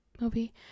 movie